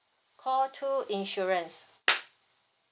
call two insurance